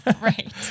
right